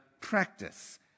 practice